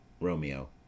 Romeo